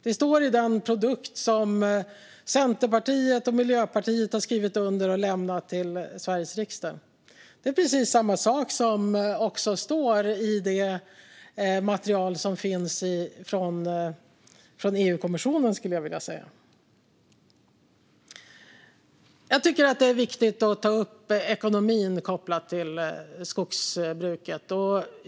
Det står i den produkt som Centerpartiet och Miljöpartiet har skrivit under och lämnat till Sveriges riksdag. Det är precis samma sak som också står i materialet från EU-kommissionen, skulle jag vilja säga. Jag tycker att det är viktigt att ta upp ekonomin som är kopplad till skogsbruket.